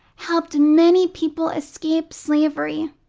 helped many people escape slavery.